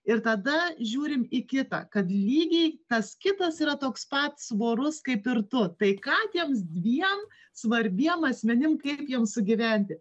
ir tada žiūrim į kitą kad lygiai tas kitas yra toks pat svorus kaip ir tu tai ką tiems dviem svarbiem asmenim kaip jiem sugyventi